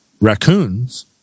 raccoons